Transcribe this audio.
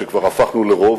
כשכבר הפכנו לרוב,